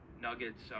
Nuggets